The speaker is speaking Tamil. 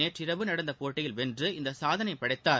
நேற்றிரவு நடந்த போட்டியில் வென்று இந்த சாதனை படைத்தார்